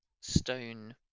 stone